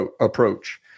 approach